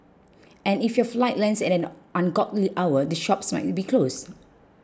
and if your flight lands at an ungodly hour the shops might be closed